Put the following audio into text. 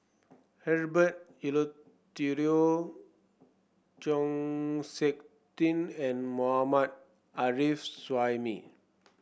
Herbert Eleuterio Chng Seok Tin and Mohammad Arif Suhaimi